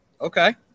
Okay